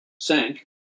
sank